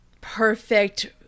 Perfect